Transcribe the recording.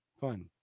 fun